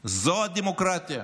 זו הדמוקרטיה,